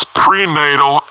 prenatal